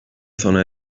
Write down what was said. sona